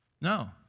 No